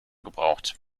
gebraucht